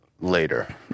later